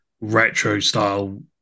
retro-style